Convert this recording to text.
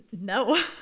No